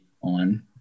on